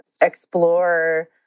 explore